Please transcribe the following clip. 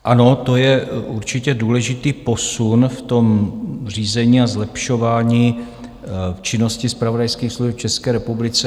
Ano, to je určitě důležitý posun v tom řízení a zlepšování činnosti zpravodajských služeb v České republice.